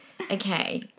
Okay